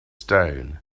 stone